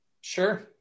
Sure